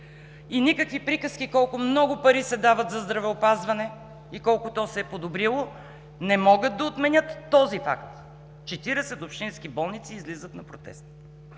Никакви приказки – колко много пари се дават за здравеопазване и колко то се е подобрило, не могат да отменят този факт – 40 общински болници излизат на протест!